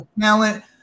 talent